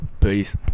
Peace